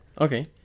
Okay